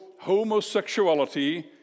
homosexuality